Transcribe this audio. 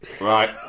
Right